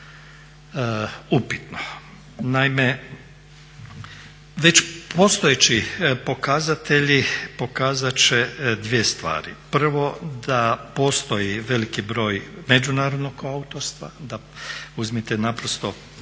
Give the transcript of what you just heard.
upitno. Naime, već postojeći pokazatelji pokazat će 2 stvari. Prvo, da postoji veliki broj međunarodnog koautorstva. Uzmite naprosto